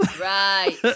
Right